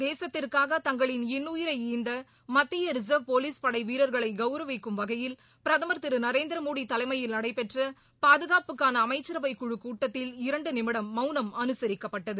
தேசத்திற்காக தங்களின் இன்னுயிரை ஈந்த மத்திய ரிசா்வ் போலீஸ் படை வீரா்களை கவுரவிக்கும் வகையில் பிரதம் திரு நரேந்திரமோடி தலைமையில் நடைபெற்ற பாதுகாப்புக்கான அமைச்சரவை குழு கூட்டத்தில் இரண்டு நிமிடம் மவுனம் அனுசரிக்கப்பட்டது